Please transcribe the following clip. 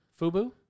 FUBU